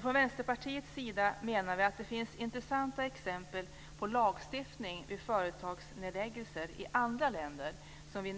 Från Vänsterpartiets sida menar vi att det finns intressanta exempel på lagstiftning vid företagsnedläggelser i andra länder som vi bör